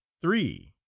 three